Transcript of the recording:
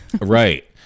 right